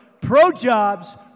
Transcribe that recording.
pro-jobs